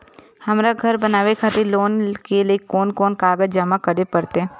हमरा घर बनावे खातिर लोन के लिए कोन कौन कागज जमा करे परते?